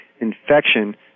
infection